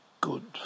good